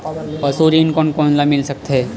पशु ऋण कोन कोन ल मिल सकथे?